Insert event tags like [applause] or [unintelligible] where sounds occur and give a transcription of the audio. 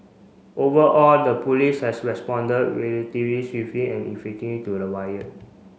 overall the police has responded [unintelligible] swiftly and [unintelligible] to the riot